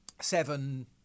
seven